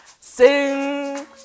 sing